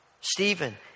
Stephen